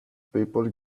people